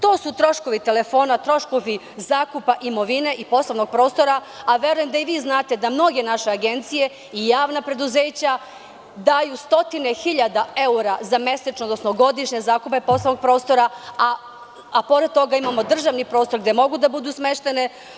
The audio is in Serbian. To su troškovi telefona, troškovi zakupa imovine i poslovnog prostora, a verujem da i vi znate da mnoge naše agencija i javna preduzeća daju stotine hiljada eura za mesečne, odnosno godišnje zakupe poslovnog prostora, a pored toga imamo državni prostor gde mogu da budu smeštene.